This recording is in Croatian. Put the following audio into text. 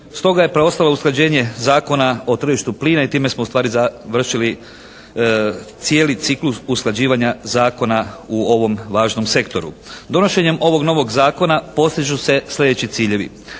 Stoga je preostalo usklađenje Zakona o tržištu plina i time smo ustvari završili cijeli ciklus usklađivanja zakona u ovom važnom sektoru. Donošenjem ovog novog zakona postižu se slijedeći ciljevi.